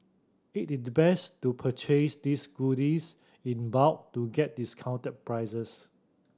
it is best to purchase these goodies in bulk to get discounted prices